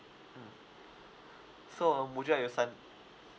mm so um would you like to sign